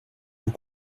vous